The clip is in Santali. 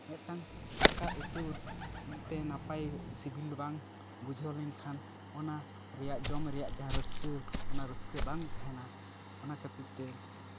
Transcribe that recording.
ᱢᱤᱫᱴᱟᱝ ᱫᱟᱠᱟ ᱩᱛᱩ ᱤᱧ ᱛᱮ ᱱᱟᱯᱟᱭ ᱥᱤᱵᱤᱞ ᱵᱟᱝ ᱵᱩᱡᱷᱟᱹᱣ ᱞᱮᱱᱠᱷᱟᱱ ᱚᱱᱟ ᱨᱮᱭᱟᱜ ᱡᱚᱢ ᱨᱮᱭᱟᱜ ᱡᱟᱦᱟᱸ ᱨᱟᱹᱥᱠᱟᱹ ᱚᱱᱟ ᱨᱟᱹᱥᱠᱟᱹ ᱵᱟᱝ ᱛᱟᱦᱮᱱᱟ ᱚᱱᱟ ᱠᱷᱟᱹᱛᱤᱨ ᱛᱮ